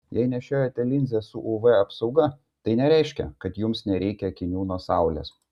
jei nešiojate linzes su uv apsauga tai nereiškia kad jums nereikia akinių nuo saulės